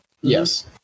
Yes